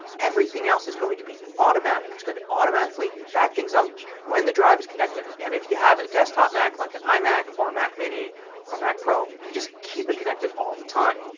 everything else is going to be automatic. it's going to automatically back things up when the drive is connected and if you have a desktop mac, like an imac or a mac mini or a macpro you just keep it connected all the time.